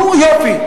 נו, יופי.